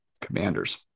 commanders